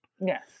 Yes